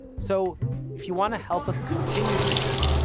so if you want to help us continue to grow,